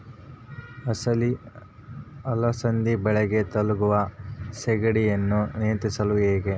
ಅಲಸಂದಿ ಬಳ್ಳಿಗೆ ತಗುಲುವ ಸೇಗಡಿ ಯನ್ನು ನಿಯಂತ್ರಿಸುವುದು ಹೇಗೆ?